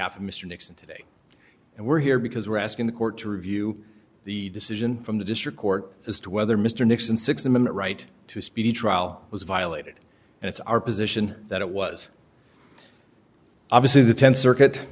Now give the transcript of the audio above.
behalf of mr nixon today and we're here because we're asking the court to review the decision from the district court as to whether mr nixon sixth amendment right to a speedy trial was violated and it's our position that it was obviously the tenth circuit